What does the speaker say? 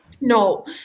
No